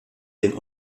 den